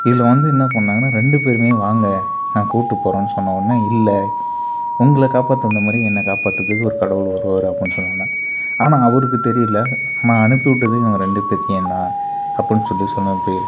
இதில் வந்து என்ன பண்ணாங்கனால் ரெண்டு பேருமே வாங்க நாங்கள் கூட்டுப்போகிறோம் சொன்னவுடனே இல்லை உங்களைக் காப்பாற்ற வந்தமாதிரி என்னை காப்பாற்றுறதுக்கு ஒரு கடவுள் வருவார் அப்டினு சொன்னவுடன ஆனால் அவருக்கும் தெரியலை நான் அனுப்பி விட்டது இவங்க ரெண்டு பேத்தையுந்தான் அப்புடினு சொல்லி சொன்னப்டி